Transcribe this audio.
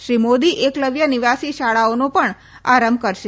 શ્રી મોદી એકલવ્ય નિવાસી શાળાઓનો પણ આરંભ કરશે